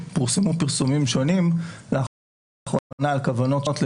לשאלת קביעת תחזיות הכנסות,